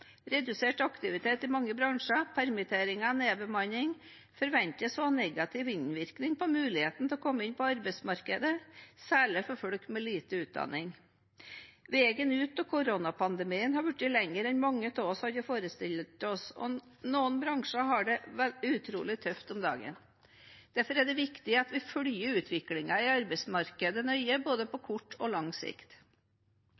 Redusert aktivitet i mange bransjer, permitteringer og nedbemanning forventes å ha negativ innvirkning på muligheten til å komme inn på arbeidsmarkedet, særlig for folk med lite utdanning. Veien ut av koronapandemien har blitt lengre enn mange av oss kunne forestilt oss, og noen bransjer har det utrolig tøft om dagen. Derfor er det viktig at vi følger utviklingen i arbeidsmarkedet nøye, både på